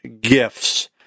gifts